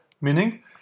Meaning